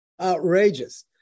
outrageous